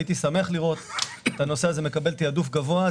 הייתי שמח לראות את הנושא הזה מקבל תעדוף גבוה.